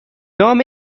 نام